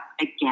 again